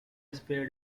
spade